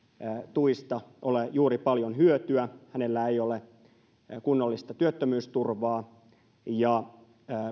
tuista ole juuri paljon hyötyä hänellä ei ole kunnollista työttömyysturvaa ja